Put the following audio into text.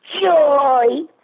Joy